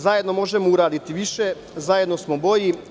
Zajedno možemo uraditi više, zajedno smo bolji.